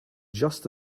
just